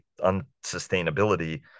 unsustainability